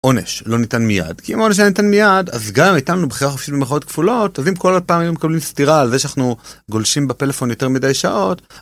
עונש לא ניתן מיד כי אם עונש היה ניתן מיד אז גם אם היתה לנו בחירה חופשית במרכאות כפולות אז אם כל פעם היינו מקבלים סטירה על זה שאנחנו גולשים בפלאפון יותר מדי שעות.